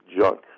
junk